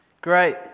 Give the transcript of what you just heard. Great